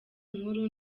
inkuru